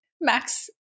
Max